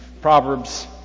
Proverbs